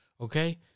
Okay